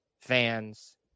fans